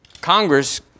Congress